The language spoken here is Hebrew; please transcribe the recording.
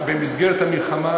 במסגרת המלחמה,